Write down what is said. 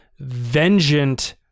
vengeant